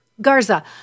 Garza